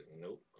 Nope